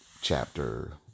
chapter